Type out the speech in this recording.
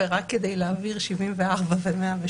ורק כדי להבהיר 74 ו-108,